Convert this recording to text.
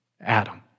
Adam